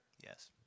Yes